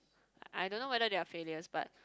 I don't know whether they are failures but